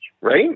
right